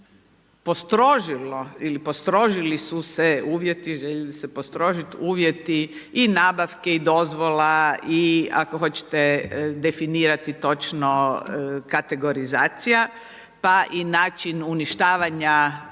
postrožilo ili postrožili su se uvjeti, žele se postrožiti uvjeti, i nabavke i dozvola, i ako hoćete definirati točno kategorizacija, pa i način uništavanja